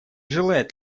желает